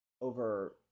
over